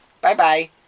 Bye-bye